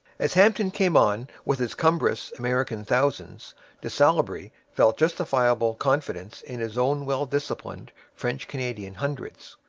as hampton came on with his cumbrous american thousands de salaberry felt justifiable confidence in his own well-disciplined french-canadian hundreds.